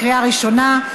לקריאה ראשונה.